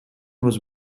was